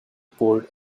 poured